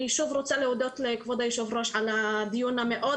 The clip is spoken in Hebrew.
אני שוב רוצה להודות לכבוד היושב ראש על הדיון המאוד